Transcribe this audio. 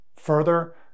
further